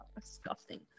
disgusting